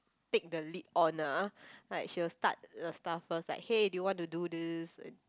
take the lead on ah like she will start the stuff first like hey do you want to do this